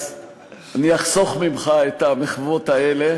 אז אחסוך ממך את המחוות האלה